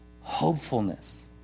hopefulness